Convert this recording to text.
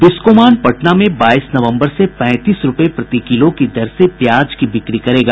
बिस्कोमान पटना में बाईस नवम्बर से पैंतीस रूपये प्रति किलो की दर से प्याज की बिक्री करेगा